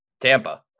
Tampa